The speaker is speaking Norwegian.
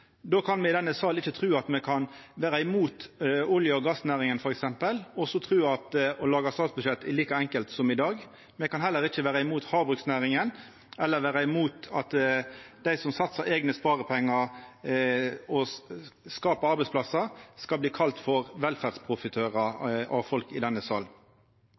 Då kan me i denne salen ikkje tru at me kan vera mot olje- og gassnæringa, f.eks., og så tru at å laga statsbudsjett vil vera like enkelt som i dag. Me kan heller ikkje vera mot havbruksnæringa eller mot dei som satsar eigne sparepengar og skapar arbeidsplassar, og kalla dei for velferdsprofitørar i denne sal.